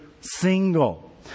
single